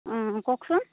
অঁ কওকচোন